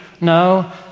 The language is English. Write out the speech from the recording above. no